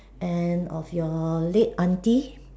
and of your late auntie